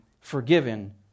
forgiven